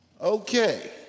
Okay